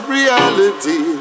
reality